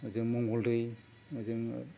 ओजों मंगलदै ओजों